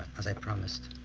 as i promised,